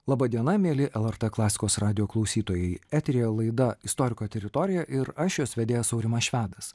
laba diena mieli lrt klasikos radijo klausytojai eteryje laida istoriko teritorija ir aš jos vedėjas aurimas švedas